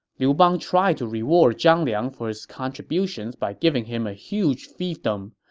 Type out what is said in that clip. liu bang tried to reward zhang liang for his contributions by giving him a huge fiefdom,